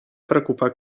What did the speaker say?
preocupar